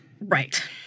Right